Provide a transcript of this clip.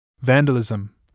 Vandalism